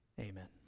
Amen